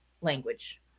language